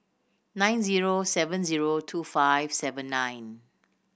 nine zero seven zero two five seven nine